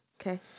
Okay